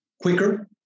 quicker